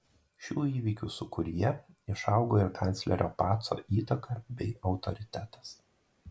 šių įvykių sūkuryje išaugo ir kanclerio paco įtaka bei autoritetas